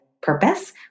Purpose